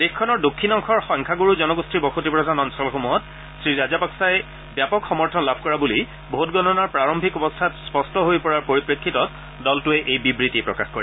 দেশখনৰ দক্ষিণ অংশৰ সংখ্যাগুৰু জনগোষ্ঠীৰ বসতিপ্ৰধান অঞ্চলসমূহত শ্ৰী ৰাজাপাক্ছাই ব্যাপক সমৰ্থন লাভ কৰা বুলি ভোটগণনাৰ প্ৰাৰম্ভিক অৱস্থাত স্পট্ট হৈ পৰাৰ পৰিপ্ৰেক্ষিতত দলটোৱে এই বিবৃতি প্ৰকাশ কৰে